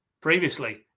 previously